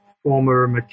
former